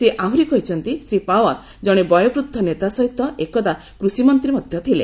ସେ ଆହୁରି କହିଛନ୍ତି ଶ୍ରୀ ପାୱାର ଜଣେ ବୟୋବୃଦ୍ଧ ନେତା ସହିତ ଏକଦା କୁଷିମନ୍ତ୍ରୀ ମଧ୍ୟ ଥିଲେ